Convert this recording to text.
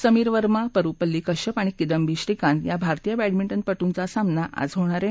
समीर वर्मा परुपल्ली कश्यप आणि किदंबी श्रीकांत या भारतीय बॅडमिंटन पटूंचा सामना आज होणार आहे